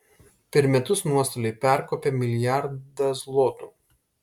per metus nuostoliai perkopia milijardą zlotų